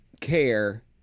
care